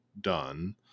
done